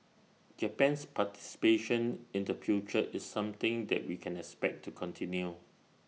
Japan's participation in the future is something that we can expect to continue